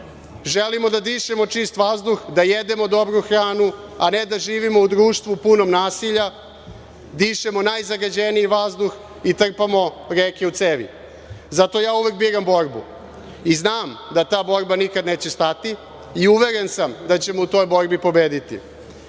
da dišemo čist vazduh, da jedemo dobru hranu, a ne da živimo u društvu punom nasilja, dišemo najzagađeniji vazduh i trpamo reke u cevi. Zato ja uvek biram borbu i znam da ta borba nikada neće stati i uveren sam da ćemo u toj borbi pobediti.